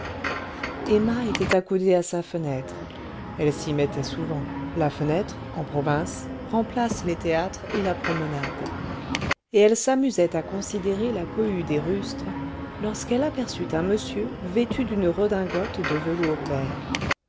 emma était accoudée à sa fenêtre elle s'y mettait souvent la fenêtre en province remplace les théâtres et la promenade et elle s'amusait à considérer la cohue des rustres lorsqu'elle aperçut un monsieur vêtu d'une redingote de velours vert